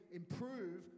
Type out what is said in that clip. improve